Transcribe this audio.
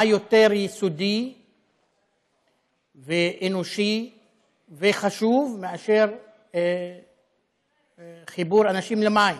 מה יותר יסודי ואנושי וחשוב מחיבור אנשים למים?